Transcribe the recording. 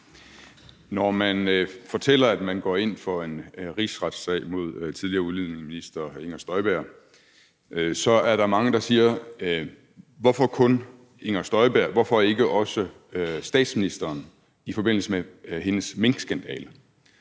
Når man fortæller, at man går ind for en rigsretssag mod tidligere udlændingeminister Inger Støjberg, så er der mange, der siger: Hvorfor kun Inger Støjberg, hvorfor ikke også statsministeren i forbindelse med minkskandalen?